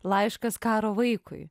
laiškas karo vaikui